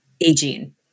aging